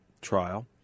trial